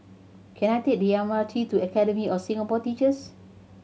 can I take the M R T to Academy of Singapore Teachers